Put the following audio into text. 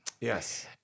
Yes